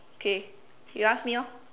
okay you ask me orh